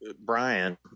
Brian